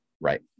right